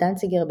קבע דנציגר,